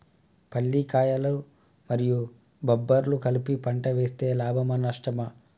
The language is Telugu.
పల్లికాయలు మరియు బబ్బర్లు కలిపి పంట వేస్తే లాభమా? నష్టమా?